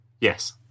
Yes